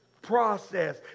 process